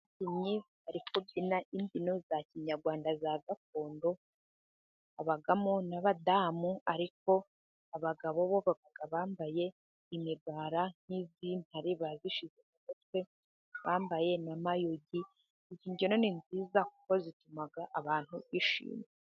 Ababyinnyi bari kubyina imbyino za Kinyarwanda za gakondo, habamo n'abadamu, ariko abagabo bo baba bambaye imigara nk'iy'intare, bayishyize ku mute, bambaye n'amayugizi, imbyino ni nziza kuko zituma abantu bishima.